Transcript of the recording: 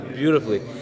beautifully